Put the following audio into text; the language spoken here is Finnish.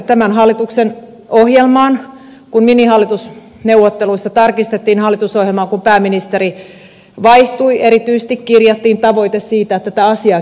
tämän hallituksen ohjelmaan kun minihallitusneuvotteluissa tarkistettiin hallitusohjelmaa kun pääministeri vaihtui erityisesti kirjattiin tavoite siitä että tätä asiaa kiritettäisiin